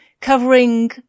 covering